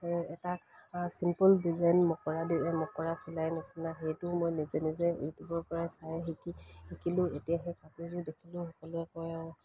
আৰু এটা simple design মকৰা মকৰা চিলাই নিচিনা সেইটোও মই নিজে নিজে ইউটিউবৰ পৰাই চাই শিকি শিকিলোঁ এতিয়া সেই কাপোৰযোৰ দেখিলে সকলোৱে কয় আৰু